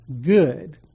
good